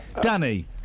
Danny